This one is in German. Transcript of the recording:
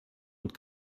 und